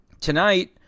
Tonight